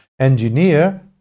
engineer